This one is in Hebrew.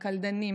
הקלדנים,